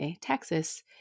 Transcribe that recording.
Texas